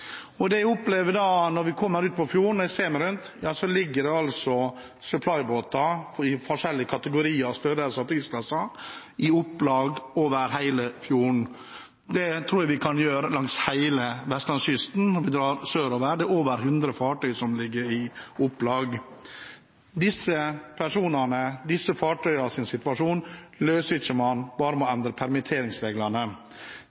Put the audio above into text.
Det jeg opplever når jeg kommer ut på fjorden og ser meg rundt, er at det ligger supplybåter i forskjellige kategorier, størrelser og prisklasser i opplag over hele fjorden. Det tror jeg det kan gjøre langs hele vestlandskysten når vi drar sørover. Det er over hundre fartøyer som ligger i opplag. Situasjonen for disse fartøyene løser man ikke bare ved å